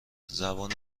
زبان